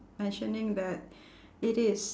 mentioning that it is